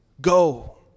go